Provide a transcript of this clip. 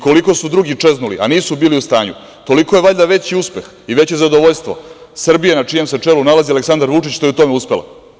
Koliko su drugi čeznuli a nisu bili u stanju, toliko je valjda veći uspeh i veće zadovoljstvo Srbije na čijem čelu se nalazi Aleksandar Vučić što je u tome uspeo.